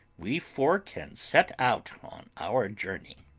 we four can set out on our journey.